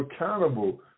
accountable